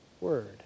word